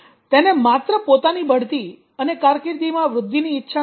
તેને માત્ર પોતાની બઢતી અને કારકિર્દીમાં વૃદ્ધિની ઇચ્છા નથી